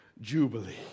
jubilee